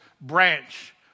branch